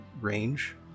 range